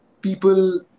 people